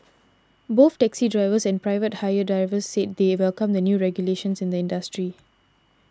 both taxi drivers and private hire drivers said they welcome the new regulations in industry